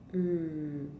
mm